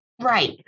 right